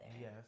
Yes